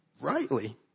rightly